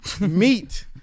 meet